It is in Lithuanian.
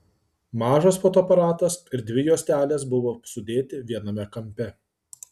mažas fotoaparatas ir dvi juostelės buvo sudėti viename kampe